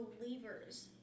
believers